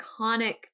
iconic